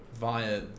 via